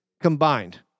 combined